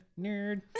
Nerd